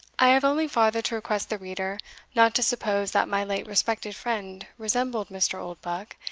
i have only farther to request the reader not to suppose that my late respected friend resembled mr. oldbuck,